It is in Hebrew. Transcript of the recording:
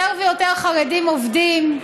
יותר ויותר חרדים עובדים,